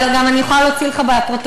אבל אני גם יכולה להוציא לך בפרוטוקול,